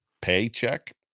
paycheck